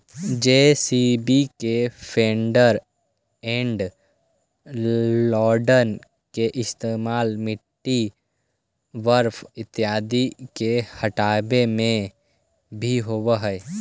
JCB के front end loader के इस्तेमाल मिट्टी, बर्फ इत्यादि के हँटावे में भी होवऽ हई